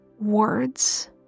words